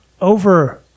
over